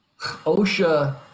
OSHA